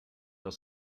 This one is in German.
aus